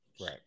Right